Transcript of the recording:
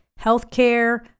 healthcare